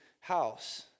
house